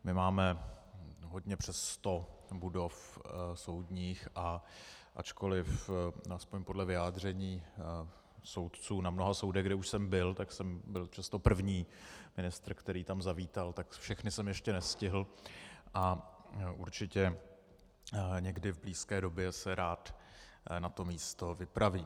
Máme hodně přes sto budov soudních, a ačkoliv aspoň podle mnoha vyjádření soudců na mnoha soudech, kde už jsem byl, tak jsem byl přesto první ministr, který tam zavítal, tak všechny jsem ještě nestihl a určitě někdy v blízké době se rád na to místo vypravím.